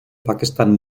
pakistan